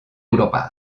europa